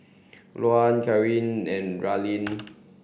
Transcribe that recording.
Luanne Caryn and Raelynn